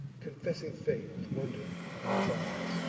confessing fate with wonder in his eyes